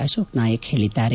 ಅಶೋಕ್ ನಾಯಕ್ ಹೇಳಿದ್ದಾರೆ